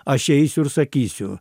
aš eisiu ir sakysiu